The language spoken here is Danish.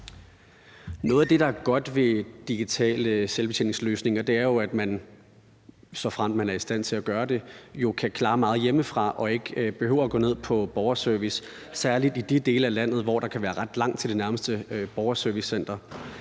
Noget af det, der er godt ved digitale selvbetjeningsløsninger, er jo, at man, såfremt man er i stand til at gøre det, jo kan klare meget hjemmefra og ikke behøver at gå ned på Borgerservice, særlig i de dele af landet, hvor der kan være ret langt til det nærmeste Borgerservicecenter.